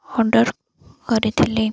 order କରିଥିଲି